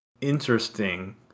interesting